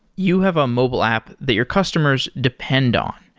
you have a mobile app that your customers depend on,